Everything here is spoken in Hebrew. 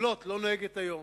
יובלות לא נוהגת היום.